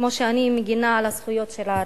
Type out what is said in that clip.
כמו שאני מגינה על הזכויות של הערבים.